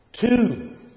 two